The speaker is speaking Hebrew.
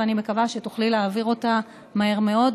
ואני מקווה שתוכלי להעביר אותה מהר מאוד,